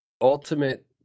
ultimate